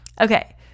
okay